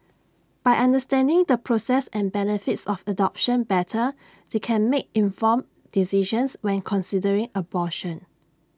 by understanding the process and benefits of adoption better they can make informed decisions when considering abortion